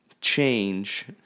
change